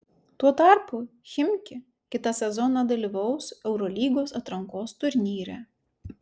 tuo tarpu chimki kitą sezoną dalyvaus eurolygos atrankos turnyre